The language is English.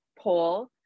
poll